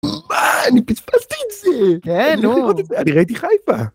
מה? אני פספסתי את זה. כן, נו. אני ראיתי חיפה.